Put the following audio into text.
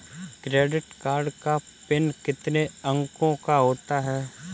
Credit card का PIN कितने अंकों का होता है?